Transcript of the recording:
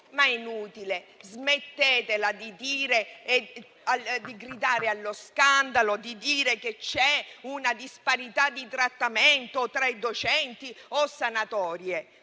è inutile, smettetela di gridare allo scandalo e dire che c'è una disparità di trattamento tra docenti o sanatorie.